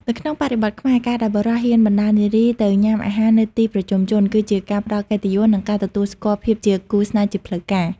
នៅក្នុងបរិបទខ្មែរ ការដែលបុរសហ៊ានបណ្ដើរនារីទៅញ៉ាំអាហារនៅទីប្រជុំជន គឺជាការផ្ដល់កិត្តិយស និងការទទួលស្គាល់ភាពជាគូស្នេហ៍ជាផ្លូវការ។